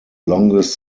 longest